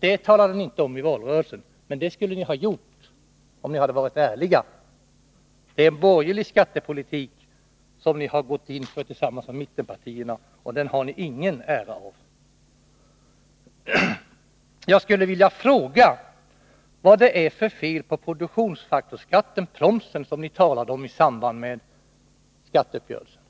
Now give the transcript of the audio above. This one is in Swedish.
Det talade ni inte om i valrörelsen, men det skulle ni ha gjort om ni hade varit ärliga. Det är borgerlig skattepolitik ni har gått in för tillsammans med mittenpartierna, och den har ni ingen ära av. promsen, som ni talade om i samband med skatteuppgörelsen.